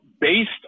based